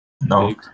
No